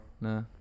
Nah